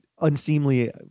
Unseemly